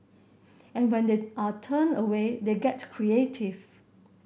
and when they are turned away they get creative